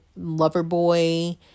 Loverboy